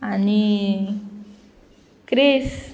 आनी क्रिस